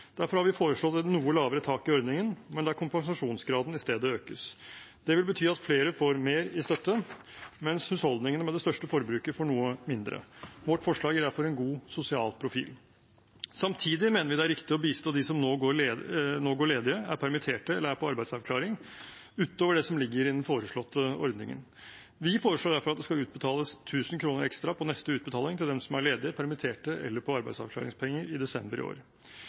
Derfor har vi foreslått et noe lavere tak i ordningen, men der kompensasjonsgraden i stedet økes. Det vil bety at flere får mer i støtte, mens husholdningene med det største forbruket får noe mindre. Vårt forslag gir derfor en god sosial profil. Samtidig mener vi det er riktig å bistå dem som nå går ledige, er permitterte eller er på arbeidsavklaring utover det som ligger i den foreslåtte ordningen. Vi foreslår derfor at det skal utbetales 1 000 kr ekstra på neste utbetaling til dem som er ledige, permitterte eller på arbeidsavklaringspenger i desember i år.